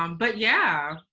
um but yeah,